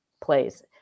plays